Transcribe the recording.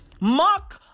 Mark